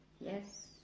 Yes